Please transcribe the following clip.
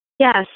Yes